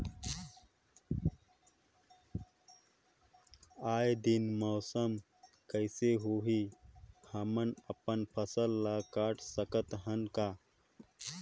आय दिन मौसम कइसे होही, हमन अपन फसल ल काट सकत हन का?